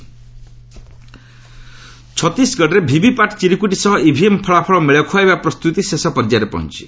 Chhattisgarh counting ଛତିଶଗଡ଼ରେ VVPAT ଚିରିକୁଟି ସହ ଇଭିଏମ୍ ଫଳାଫଳ ମେଳ ଖୁଆଇବା ପ୍ରସ୍ତୁତି ଶେଷ ପର୍ଯ୍ୟାୟରେ ପହଞ୍ଚିଛି